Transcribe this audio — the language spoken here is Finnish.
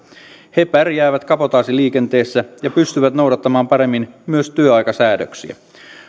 he pärjäävät kabotaasiliikenteessä ja pystyvät noudattamaan paremmin myös työaikasäädöksiä